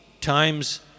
times